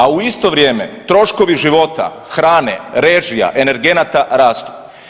A u isto vrijeme troškovi života, hrane, režija, energenata rastu.